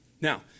Now